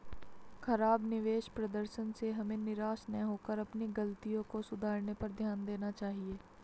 खराब निवेश प्रदर्शन से हमें निराश न होकर अपनी गलतियों को सुधारने पर ध्यान देना चाहिए